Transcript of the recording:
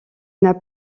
n’as